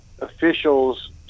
officials